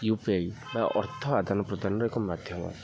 you P I ବା ଅର୍ଥ ଆଦାନ ପ୍ରଦାନର ଏକ ମାଧ୍ୟମ